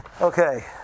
Okay